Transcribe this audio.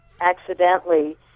accidentally